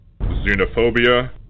xenophobia